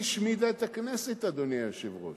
היא השמידה את הכנסת, אדוני היושב-ראש.